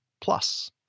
plus